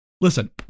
listen